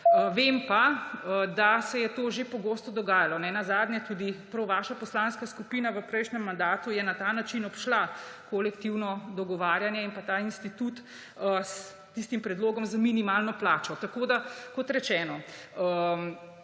Vem pa, da se je to že pogosto dogajalo. Nenazadnje tudi prav vaša poslanska skupina v prejšnjem mandatu je na ta način obšla kolektivno dogovarjanje in ta institut s tistim predlogom za minimalno plačo. Tako da, kot rečeno,